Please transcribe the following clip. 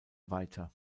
weiter